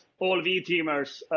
all v teamers,